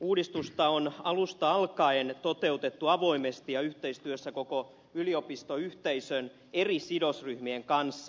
uudistusta on alusta alkaen toteutettu avoimesti ja yhteistyössä koko yliopistoyhteisön eri sidosryhmien kanssa